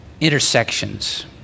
intersections